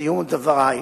בסיום דברי,